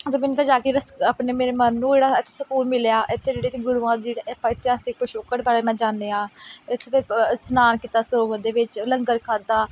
ਹਰਿਮੰਦਰ ਸਹਿਬ ਜਾ ਕੇ ਰਸ ਆਪਣੇ ਮੇਰੇ ਮਨ ਨੂੰ ਜਿਹੜਾ ਹੈ ਸਕੂਨ ਮਿਲਿਆ ਇੱਥੇ ਜਿਹੜੇ ਕੇ ਗੁਰੂਆਂ ਜਿਹੜੇ ਆਪਾਂ ਇਤਿਹਾਸਿਕ ਪਿਛੋਕੜ ਬਾਰੇ ਮੈਂ ਜਾਣਿਆ ਇੱਥੇ ਦੇ ਇਸ਼ਨਾਨ ਕੀਤਾ ਸਰੋਵਰ ਦੇ ਵਿੱਚ ਲੰਗਰ ਖਾਦਾ